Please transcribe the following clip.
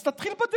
אז תתחיל בדירוג.